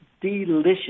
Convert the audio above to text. delicious